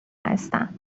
هستم